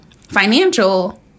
financial